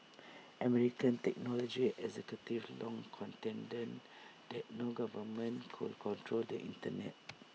American technology executives long contended that no government could control the Internet